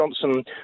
Johnson